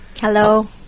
Hello